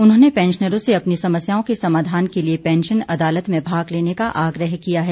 उन्होंने पैंशनरों से अपनी समस्याओं के समाधान के लिए पैंशन अदालत में भाग लेने का आग्रह किया है